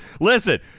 listen